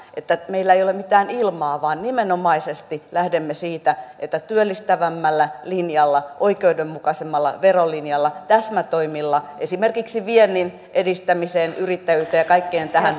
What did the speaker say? että meillä ei ole mitään ilmaa vaan nimenomaisesti lähdemme siitä että työllistävämmällä linjalla oikeudenmukaisemmalla verolinjalla täsmätoimilla esimerkiksi viennin edistämiseen yrittäjyyteen ja kaikkeen tähän